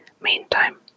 Meantime